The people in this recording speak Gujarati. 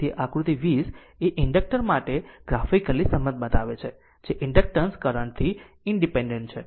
તેથી આ આકૃતિ 20 એ ઇન્ડક્ટર માટે ગ્રાફિકલી સંબંધ બતાવે છે જે ઇન્ડક્ટન્સ કરંટ થી ઇનડીપેનડેન્ટ છે